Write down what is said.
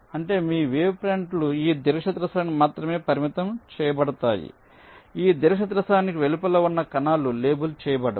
అంటే మీ వేవ్ ఫ్రంట్లు ఈ దీర్ఘచతురస్రానికి మాత్రమే పరిమితం చేయబడతాయి అంటే ఈ దీర్ఘచతురస్రానికి వెలుపల ఉన్న కణాలు లేబుల్ చేయబడవు